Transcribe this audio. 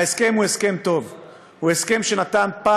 ההסכם הוא הסכם טוב,